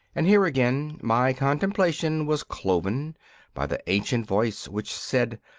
and here again my contemplation was cloven by the ancient voice which said,